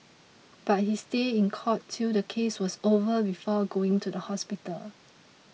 but he stayed in court till the case was over before going to the hospital